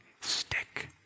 stick